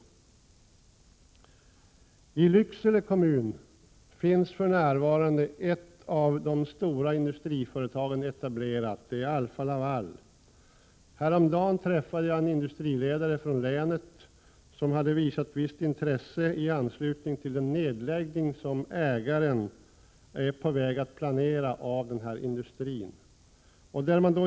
I Lycksele kommun finns för närvarande ett av de stora industriföretagen etablerat, Alfa-Laval. Häromdagen träffade jag en industriledare från länet som hade visat visst intresse i anslutning till den nedläggning av den här industrin som ägaren är på väg att planera.